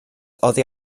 oddi